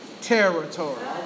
territory